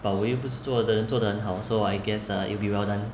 but 我又不是做的人做得很好 so I guess ah it'll be well done